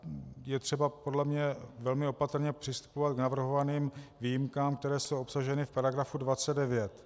Je třeba podle mě velmi opatrně přistupovat k navrhovaným výjimkám, které jsou obsaženy v § 29.